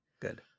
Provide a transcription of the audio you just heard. Good